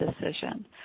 decision